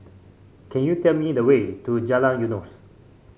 can you tell me the way to Jalan Eunos